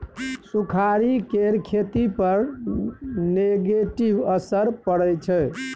सुखाड़ि केर खेती पर नेगेटिव असर परय छै